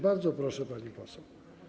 Bardzo proszę, pani poseł.